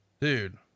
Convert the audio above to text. dude